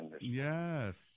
Yes